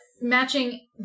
matching